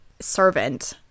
servant